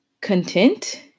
content